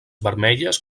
vermelles